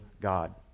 God